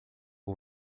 que